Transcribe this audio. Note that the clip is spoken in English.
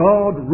God